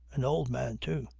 an old man too.